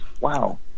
wow